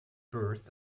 birth